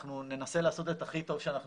אנחנו ננסה לעשות את הכי טוב שאנחנו